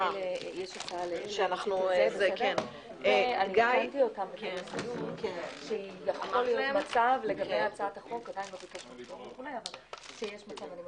הישיבה ננעלה בשעה 12:02.